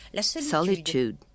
Solitude